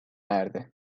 erdi